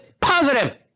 positive